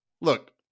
Look